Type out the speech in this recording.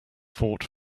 fought